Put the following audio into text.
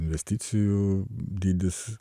investicijų dydis